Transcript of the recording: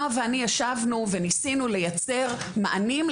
נועה ואני ישבנו וניסינו לייצר מענים,